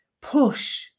push